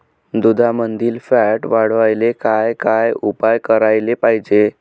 दुधामंदील फॅट वाढवायले काय काय उपाय करायले पाहिजे?